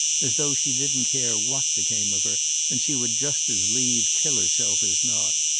as though she didn't care what became of her and she would just as lieve kill herself as not.